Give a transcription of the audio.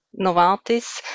Novartis